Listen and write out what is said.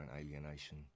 alienation